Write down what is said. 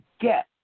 get